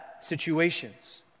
situations